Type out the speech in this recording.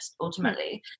ultimately